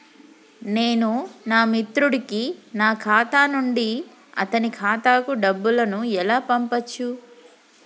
నేను నా మిత్రుడి కి నా ఖాతా నుండి అతని ఖాతా కు డబ్బు ను ఎలా పంపచ్చు?